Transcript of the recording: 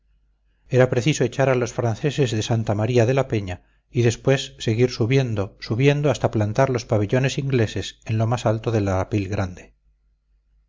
era preciso echar a los franceses de santa maría de la peña y después seguir subiendo subiendo hasta plantar los pabellones ingleses en lo más alto del arapil grande